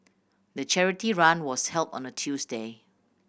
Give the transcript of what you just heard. the charity run was held on a Tuesday